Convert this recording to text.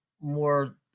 more